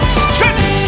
stretch